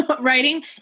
writing